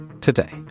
Today